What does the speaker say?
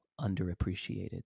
underappreciated